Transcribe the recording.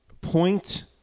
point